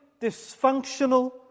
dysfunctional